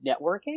networking